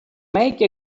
make